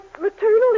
maternal